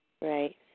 Right